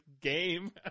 game